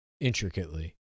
intricately